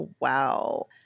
wow